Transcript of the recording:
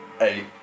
eight